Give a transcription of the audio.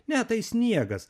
ne tai sniegas